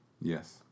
Yes